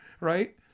right